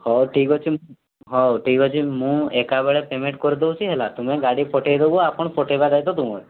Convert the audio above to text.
ହେଉ ଠିକ୍ ଅଛି ହେଉ ଠିକ୍ ଅଛି ମୁଁ ଏକାବେଳେ ପ୍ୟାମେଣ୍ଟ କରିଦେଉଛି ହେଲା ଗାଡ଼ି ପଠାଇଦେବୁ ଆପଣ ପଠାଇବା ଦାୟିତ୍ୱ ତୁମର